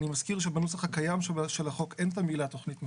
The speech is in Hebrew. אני מזכיר שבנוסח הקיים של החוק אין את המילה תכנית מפורטת.